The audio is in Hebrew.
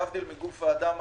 להבדיל מגוף האדם,